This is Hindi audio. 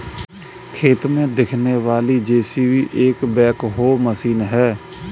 खेत में दिखने वाली जे.सी.बी एक बैकहो मशीन है